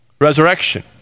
resurrection